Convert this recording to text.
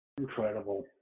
Incredible